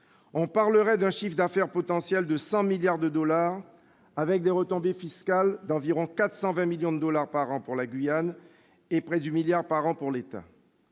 on parlerait d'un chiffre d'affaires potentiel de 100 milliards de dollars avec des retombées fiscales d'environ 420 millions de dollars par an pour la Guyane, et proches du milliard pour l'État.